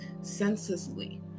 senselessly